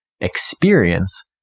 experience